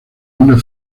una